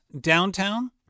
downtown